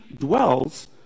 dwells